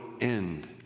end